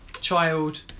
child